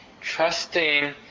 trusting